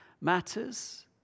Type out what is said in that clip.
matters